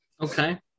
okay